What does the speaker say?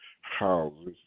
houses